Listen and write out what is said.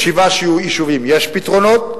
לשבעה יישובים יש פתרונות,